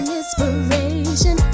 inspiration